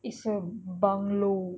it's a bungalow